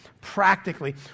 Practically